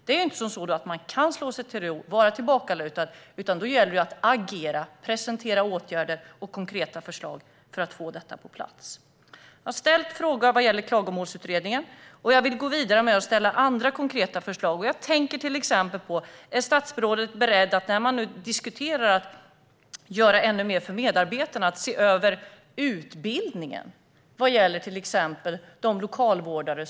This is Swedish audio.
Man kan alltså inte slå sig till ro och vara tillbakalutad, utan det gäller att agera och presentera åtgärder och konkreta förslag för att få detta på plats. Jag har ställt frågan om Klagomålsutredningen. Jag vill gå vidare och ställa frågor om andra konkreta förslag. Jag tänker till exempel på detta: När man nu diskuterar att göra ännu mer för medarbetarna, är statsrådet beredd att se över utbildningen vad gäller till exempel lokalvårdare?